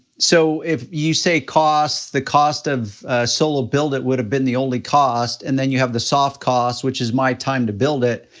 so if you say costs, the cost of solo build it! would've been the only cost, and then you have the soft cost, which is my time to build it,